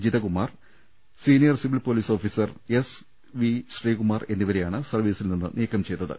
Jithakumar senior civil police officer S V Sreekumar എന്നിവരെയാണ് സർവീസിൽ നിന്ന് നീക്കം ചെയ്തത്